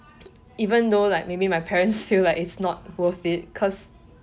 even though like maybe my parents feel like it's not worth it cause